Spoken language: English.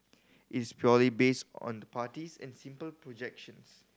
it's purely based on the parties and simple projections